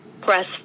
Press